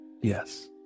Yes